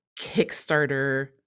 Kickstarter